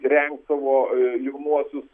rengt savo jaunuosius